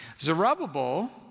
Zerubbabel